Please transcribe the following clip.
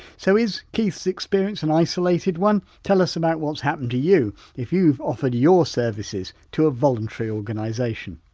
so, is keith's experience an isolated one? tell us about what's happened to you if you've offered your services to a voluntary organisation.